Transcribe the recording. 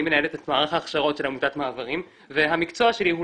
אני מנהלת את מערך ההכשרות של עמותת מעברים והמקצוע שלי הוא